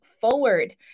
forward